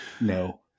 no